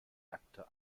nackte